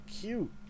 cute